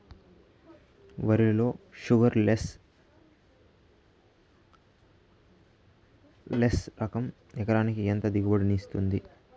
వరి లో sugarless less రకం ఎకరాకి ఎంత దిగుబడినిస్తుంది